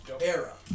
era